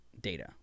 Data